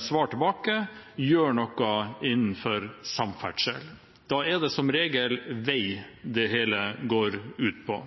svar tilbake: Gjør noe innenfor samferdsel. Da er det som regel vei det hele handler om.